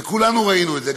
וכולנו ראינו את זה,